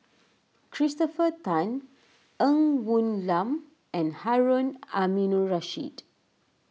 Christopher Tan Ng Woon Lam and Harun Aminurrashid